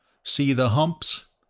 see the humps?